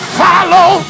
follow